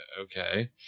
okay